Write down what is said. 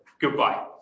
goodbye